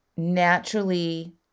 naturally